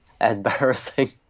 embarrassing